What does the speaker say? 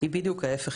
היא בדיוק ההפך,